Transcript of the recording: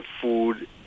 food